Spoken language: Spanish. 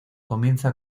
comienza